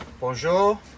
Bonjour